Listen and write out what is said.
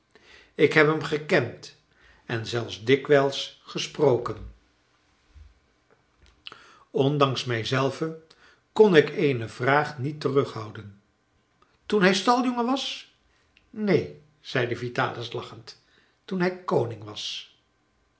ik heb hem gekend en zelfs dikwijls gesproken ondanks mijzelven kon ik eene vraag niet terughouden toen hij staljongen was neen zeide vitalis lachend toen hij koning was